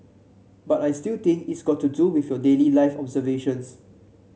but I still think it's got to do with your daily life observations